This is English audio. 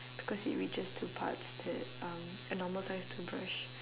because it reaches to parts that um a normal size toothbrush